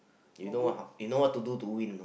you know what you know what to do to win